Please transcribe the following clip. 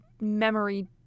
memory